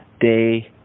day